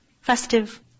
Festive